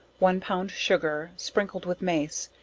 one pound sugar, sprinkled with mace,